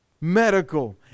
medical